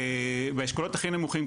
באשכולות הכי נמוכים,